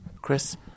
Chris